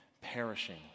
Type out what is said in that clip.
perishing